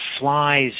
flies